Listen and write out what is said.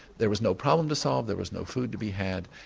there was no problem to solve, there was no food to be had,